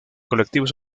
colectivos